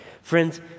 Friends